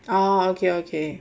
oh okay okay